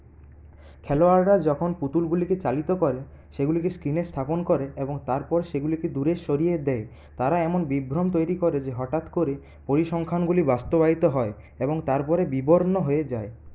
খেলোয়াড়রা যখন পুতুলগুলিকে চালিত করে সেগুলিকে স্ক্রিনে স্থাপন করে এবং তারপরে সেগুলিকে দূরে সরিয়ে দেয় তারা এমন বিভ্রম তৈরি করে যে হঠাৎ করে পরিসংখ্যানগুলি বাস্তবায়িত হয় এবং তারপরে বিবর্ণ হয়ে যায়